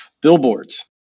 Billboards